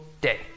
day